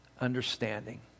understanding